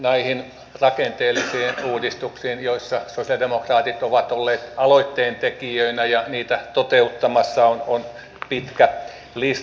näitä rakenteellisia uudistuksia joissa sosialidemokraatit ovat olleet aloitteentekijöinä ja niitä toteuttamassa on pitkä lista